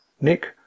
Nick